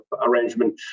arrangement